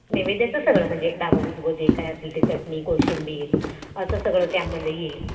नेवेद्याचं सगळं म्हणजे डावं उजवं जे काय असेल ते चटणी कोशिंबीर असं सगळं त्यामध्ये येईल